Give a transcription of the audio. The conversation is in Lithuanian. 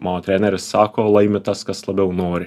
mano treneris sako laimi tas kas labiau nori